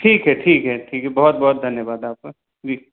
ठीक है ठीक है ठीक है बहुत बहुत धन्यवाद आपका जी